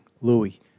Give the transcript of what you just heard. Louis